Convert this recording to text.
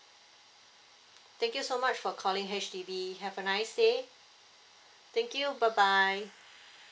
thank you so much for calling H_D_B have a nice day thank you bye bye